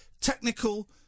technical